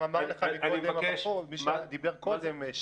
אמר לך מי שדיבר קודם,